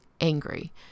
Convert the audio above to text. angry